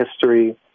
history